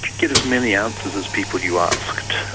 get as many answers as people you asked.